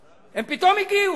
הם פתאום הגיעו.